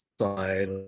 side